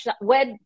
web